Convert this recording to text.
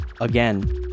again